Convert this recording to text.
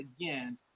again